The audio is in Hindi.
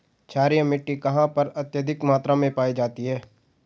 क्षारीय मिट्टी कहां पर अत्यधिक मात्रा में पाई जाती है?